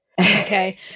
Okay